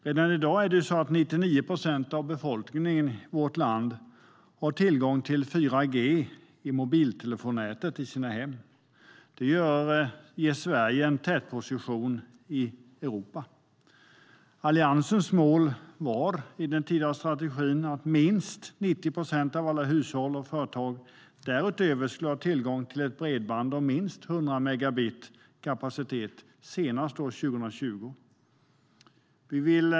Redan i dag har 99 procent av befolkningen tillgång till 4G i mobiltelefonnätet i sina hem. Det ger Sverige en tätposition i Europa. Alliansens mål var i den tidigare strategin att minst 90 procent av alla hushåll och företag därutöver skulle ska ha tillgång till bredband med en kapacitet på minst 100 megabit senast år 2020.